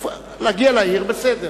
להגיע לעיר בסדר.